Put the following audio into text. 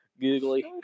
Googly